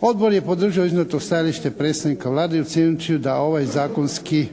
Odbor je podržao iznijeto stajalište predsjednika Vlade ocjenjujući da ovaj zakonski